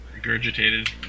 Regurgitated